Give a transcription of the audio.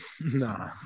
Nah